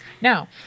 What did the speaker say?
Now